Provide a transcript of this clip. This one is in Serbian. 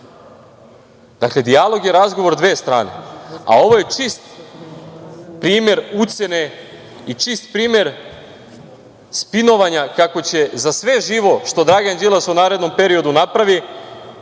dijalog je razgovor dve strane, a ovo je čist primer ucene i čist primer spinovanja kako će za sve živo što Dragan Đilas u narednom periodu napravi